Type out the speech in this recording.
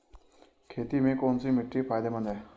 खेती में कौनसी मिट्टी फायदेमंद है?